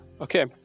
Okay